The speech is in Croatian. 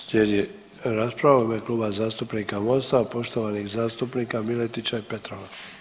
Slijedi rasprava u ime Kluba zastupnika Mosta, poštovanih zastupnika Miletića i Petrova.